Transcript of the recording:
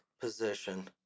position